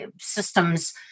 systems